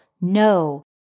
No